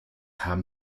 haben